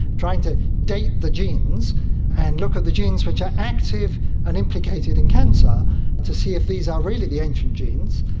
trying to date the genes and look at the genes which are active and implicated in cancer to see if these are really the ancient genes,